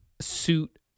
suit